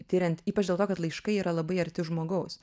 tiriant ypač dėl to kad laiškai yra labai arti žmogaus